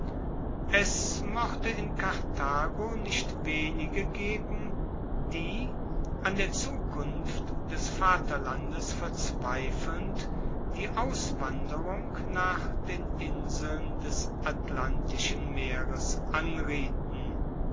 es mochte in karthago nicht wenige geben die an der zukunft des vaterlandes verzweifelnd die auswanderung nach den inseln des atlantischen meeres anrieten